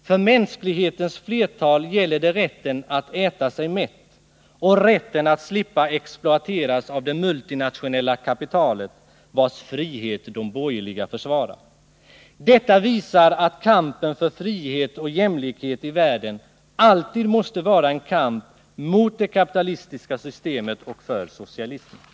För mänsklighetens flertal gäller det rätten att äta sig mätt och rätten att slippa exploateras av det multinationella kapitalet, vars frihet de borgerliga försvarar. Detta visar att kampen för frihet och jämlikhet i världen alltid måste vara en kamp mot det kapitalistiska systemet och för socialismen.